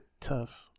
tough